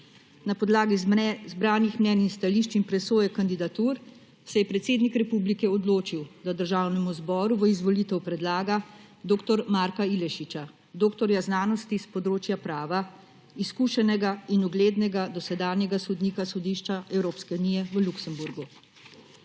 Na podlagi zbranih mnenj in stališč in presoje kandidatur se je predsednik Republike odločil, da Državnemu zboru v izvolite predlaga dr. Marka Ilešiča, doktorja znanosti s področja prava, izkušenega in uglednega dosedanjega sodnika Sodišča Evropske unije v Luksemburgu.